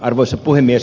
arvoisa puhemies